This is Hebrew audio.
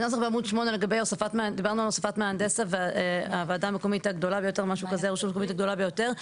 דיברנו על הוספת מהנדס לרשות המקומית הגדולה ביותר,